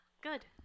Good